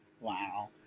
Wow